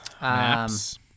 Maps